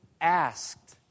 asked